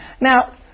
Now